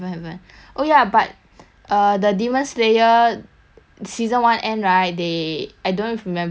err the demon slayer season one end right they I don't if remember is at the train station right